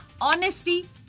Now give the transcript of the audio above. honesty